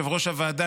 יושב-ראש הוועדה,